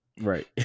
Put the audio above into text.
Right